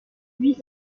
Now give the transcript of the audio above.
huit